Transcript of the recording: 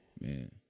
Man